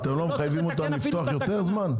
אתם לא מחייבים אותם לפתוח יותר זמן?